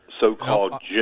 so-called